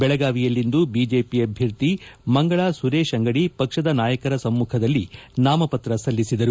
ಬೆಳಗಾವಿಯಲ್ಲಿಂದು ಪಕ್ಷದ ಅಭ್ಯರ್ಥಿ ಮಂಗಳಾ ಸುರೇಶ್ ಅಂಗಡಿ ಬಿಜೆಪಿ ನಾಯಕರ ಸಮ್ಮಖದಲ್ಲಿ ನಾಮಪತ್ರ ಸಲ್ಲಿಸಿದರು